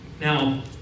Now